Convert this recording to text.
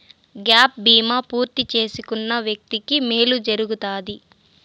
gap బీమా పూర్తి చేసుకున్న వ్యక్తికి మేలు జరుగుతాది